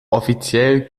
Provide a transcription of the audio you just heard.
offiziell